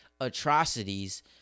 atrocities